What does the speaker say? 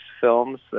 films